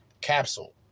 Capsule